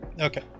Okay